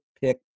pick